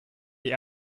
die